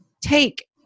take